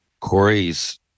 Corey's